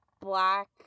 black